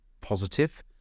positive